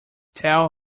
tell